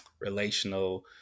relational